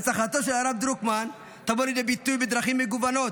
הנצחתו של הרב דרוקמן תבוא לידי ביטוי בדרכים מגוונות,